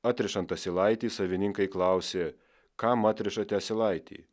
atrišant asilaitį savininkai klausė kam atrišate asilaitį